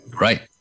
Right